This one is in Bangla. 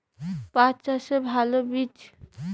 পাঠ চাষের ভালো বীজ?